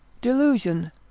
Delusion